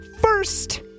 first